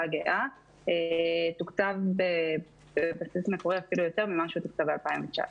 הגאה תוקצב אפילו יותר מה שתוקצב ב-2019.